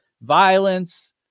violence